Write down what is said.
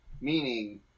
meaning